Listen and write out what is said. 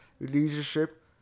leadership